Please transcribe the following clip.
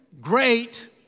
great